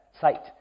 site